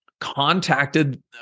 contacted